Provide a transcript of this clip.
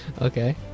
Okay